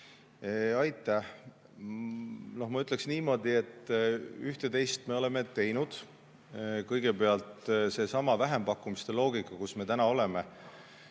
Aitäh! Ma ütleks niimoodi, et ühte-teist me oleme teinud. Kõigepealt seesama vähempakkumiste loogika, mis meil